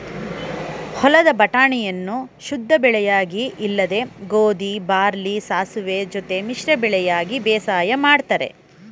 ಹೊಲದ ಬಟಾಣಿಯನ್ನು ಶುದ್ಧಬೆಳೆಯಾಗಿ ಇಲ್ಲವೆ ಗೋಧಿ ಬಾರ್ಲಿ ಸಾಸುವೆ ಜೊತೆ ಮಿಶ್ರ ಬೆಳೆಯಾಗಿ ಬೇಸಾಯ ಮಾಡ್ತರೆ